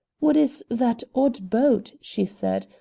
what is that odd boat, she said,